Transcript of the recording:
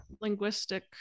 linguistic